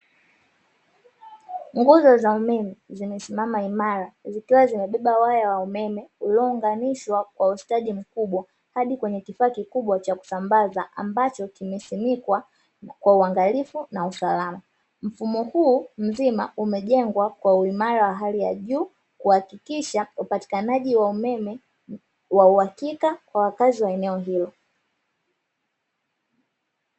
Nguzo za umeme zimesimama imara zikiwa zimebeba waya wa umeme uliounganishwa kwa ustadi kwa ustadi mkubwa hadi kwenye kifaa kikubwa cha kusambaza ambacho kimesinikwa kwa uwaangalifu na usalama mfumo huu mzima umejengwa kwa uimara wa hali juu kuhakikisha upatikanaji wa umeme wa uwakika wa wakazi wa eneo hilo.